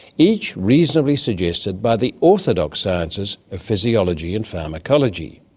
each reasonably suggested by the orthodox sciences of physiology and pharmacology.